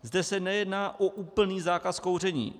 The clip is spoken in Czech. Zde se nejedná o úplný zákaz kouření.